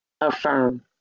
Affirm